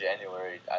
January